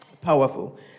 Powerful